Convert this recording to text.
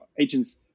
agents